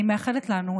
אני מאחלת לנו,